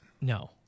No